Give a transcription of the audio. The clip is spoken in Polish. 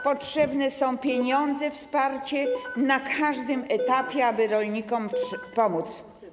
Potrzebne są pieniądze, wsparcie na każdym etapie, trzeba rolnikom pomóc.